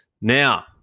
Now